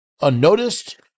unnoticed